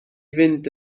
fynd